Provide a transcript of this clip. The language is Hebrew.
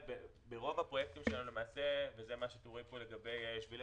ברוב הפרויקטים שלנו ואת זה רואים פה לגבי שבילי